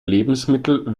lebensmittel